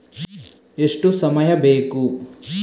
ಎಷ್ಟು ಸಮಯ ಬೇಕು?